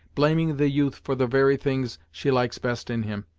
blaming the youth for the very things she likes best in him.